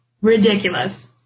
Ridiculous